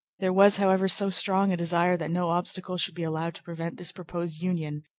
there was, however, so strong a desire that no obstacle should be allowed to prevent this proposed union,